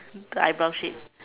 the eye brow shape